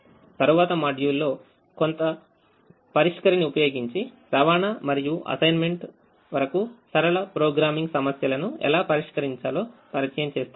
తరువాత మాడ్యూల్లో కొంత పరిష్కరిణిని ఉపయోగించి రవాణా మరియు అసైన్మెంట్ వరకు సరళ ప్రోగ్రామింగ్ సమస్యలను ఎలా పరిష్కరించాలో పరిచయం చేస్తాము